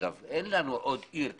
אין לנו עוד עיר תיירות.